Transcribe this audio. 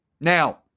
Now